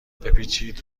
بپیچید